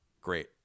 great